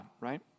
right